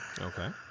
Okay